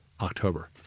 October